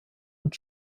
und